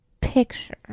picture